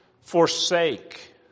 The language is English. forsake